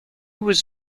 was